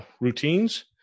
routines